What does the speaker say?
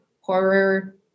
horror